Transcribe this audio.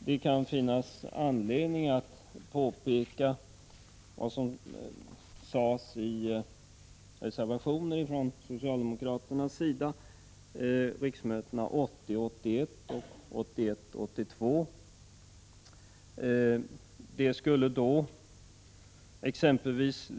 Det kan finnas anledning att påpeka vad som sades i reservationer från socialdemokraternas sida riksmötena 1980 82.